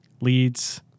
leads